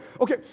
okay